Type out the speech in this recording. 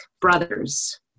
brothers